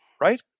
Right